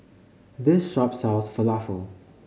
this shop sells Falafel